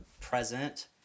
present